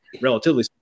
relatively